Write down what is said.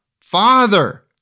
Father